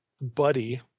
buddy